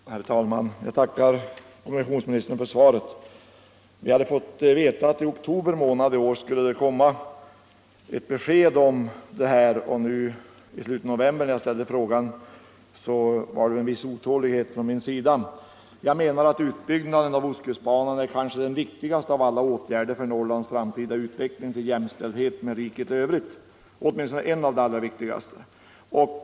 Herr talman! Jag tackar kommunikationsministern för svaret. Vi hade fått uppgiften att i oktober månad i år skulle det komma ett besked i ärendet, och när jag nu ställde min fråga i slutet av november kände jag en viss otålighet. Jag menar att utbyggnaden av ostkustbanan kanske är den viktigaste av alla åtgärder för Norrlands framtida utveckling till jämställdhet med riket i övrigt — åtminstone en av de allra viktigaste.